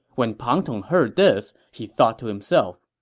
when pang tong heard this, he thought to himself,